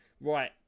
Right